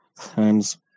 times